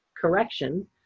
correction